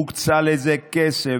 הוקצה לזה כסף,